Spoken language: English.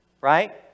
right